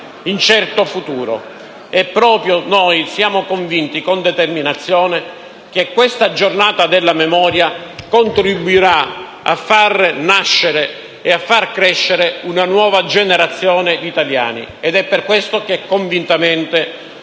incerto futuro e proprio noi siamo convinti con determinazione che questa giornata della memoria contribuirà a far nascere e a far crescere una nuova generazione di italiani. È per questo che convintamente